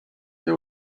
they